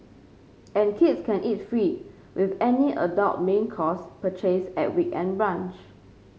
and kids can eat free with any adult main course purchase at weekend brunch